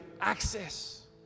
access